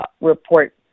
report